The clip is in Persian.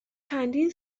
چندین